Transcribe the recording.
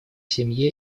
семье